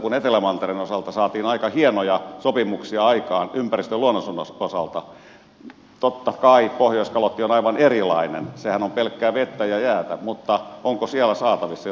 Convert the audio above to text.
kun etelämantereen osalta saatiin aika hienoja sopimuksia aikaan ympäristön ja luonnonsuojelun osalta totta kai pohjoiskalotti on aivan erilainen sehän on pelkkää vettä ja jäätä mutta onko siellä saatavissa jotain vastaavaa